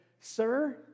sir